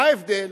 מה ההבדל?